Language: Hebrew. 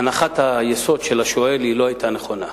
הנחת היסוד של השואל לא היתה נכונה.